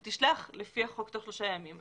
היא תשלח תוך שלושה ימים לפי החוק.